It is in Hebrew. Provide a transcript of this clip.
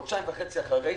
חודשיים וחצי אחרי,